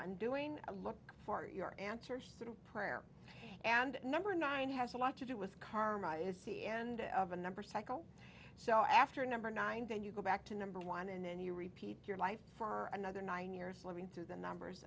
undoing to look for your answer sort of prayer and number nine has a lot to do with karma is see end of a number cycle so after a number nine then you go back to number one and then you repeat your life for another nine years living through the numbers